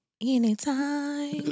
Anytime